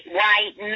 white